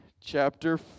chapter